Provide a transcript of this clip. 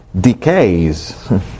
decays